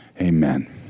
Amen